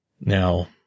Now